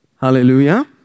Hallelujah